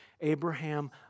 Abraham